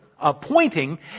appointing